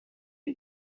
you